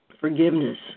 forgiveness